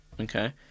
Okay